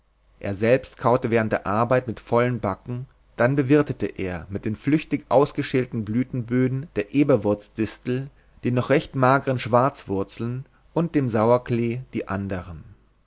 er selbst kaute während der arbeit mit vollen backen dann bewirtete er mit den flüchtig ausgeschälten blütenböden der eberwurzdistel den noch recht mageren schwarzwurzeln und dem sauerklee die anderen